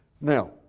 Now